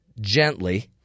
Gently